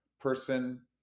person –